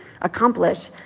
accomplish